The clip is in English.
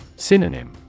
Synonym